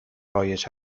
رایج